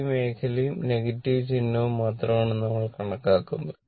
ഈ മേഖലയും നെഗറ്റീവ് ചിഹ്നവും മാത്രമാണ് നമ്മൾ കണക്കാക്കുന്നത്